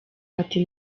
ati